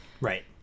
Right